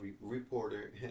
reporter